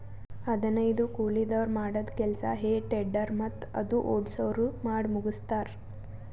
ಹದನೈದು ಕೂಲಿದವ್ರ್ ಮಾಡದ್ದ್ ಕೆಲ್ಸಾ ಹೆ ಟೆಡ್ಡರ್ ಮತ್ತ್ ಅದು ಓಡ್ಸವ್ರು ಮಾಡಮುಗಸ್ತಾರ್